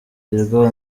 hirwa